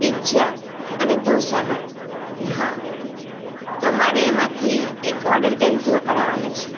pizza અને ઢોંસાનો હા તો મારે એમાંથી એક ઓડર કેન્સલ કરાવાનો છે